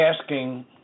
asking